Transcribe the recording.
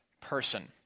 person